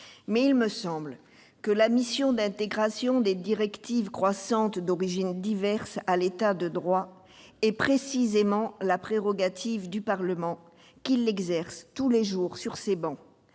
Il me semble que la mission d'intégration des directives croissantes d'origines diverses à l'État de droit est précisément la prérogative du Parlement, qui l'exerce tous les jours, sur ces travées.